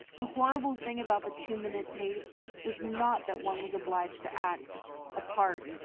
the horrible thing about the two minutes hate was not that one was obliged to act a part,